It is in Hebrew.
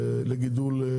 ודיר.